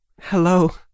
hello